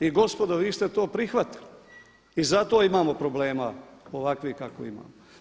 I gospodo vi ste to prihvatili i zato imamo problema ovakvih kakvih imamo.